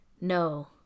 no